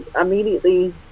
immediately